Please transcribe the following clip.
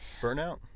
Burnout